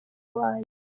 wanyu